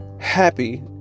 happy